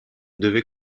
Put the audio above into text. devait